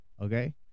okay